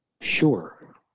sure